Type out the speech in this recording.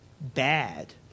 bad